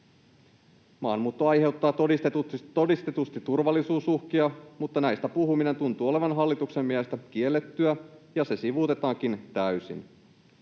Maahanmuutto aiheuttaa todistetusti turvallisuusuhkia, mutta näistä puhuminen tuntuu olevan hallituksen mielestä kiellettyä, ja ne sivuutetaankin täysin.